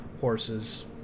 horses